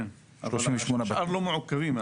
כן, 38 בתים אבל השאר לא מעוכבים.